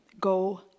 go